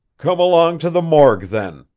come along to the morgue, then,